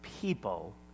people